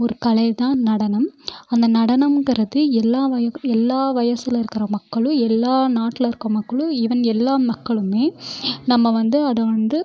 ஒரு கலை தான் நடனம் அந்த நடனம்கிறது எல்லா வயதுக்கும் எல்லா வயசில் இருக்கிற மக்களும் எல்லா நாட்டில் இருக்க மக்களும் ஈவன் எல்லா மக்களுமே நம்ம வந்து அதை வந்து